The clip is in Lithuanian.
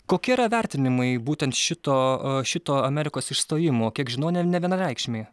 kokia yra vertinimai būtent šito šito amerikos išstojimu kiek žinau ne nevienareikšmiai